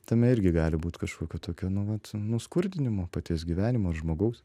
tame irgi gali būt kažkokio tokio nu vat nuskurdinimo paties gyvenimo ir žmogaus